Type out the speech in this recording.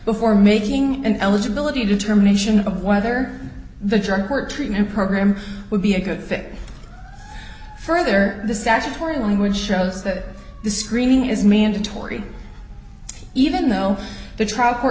before making an eligibility determination of whether the drug or treatment program would be a good fit further the statutory language shows that the screening is mandatory even though the trial court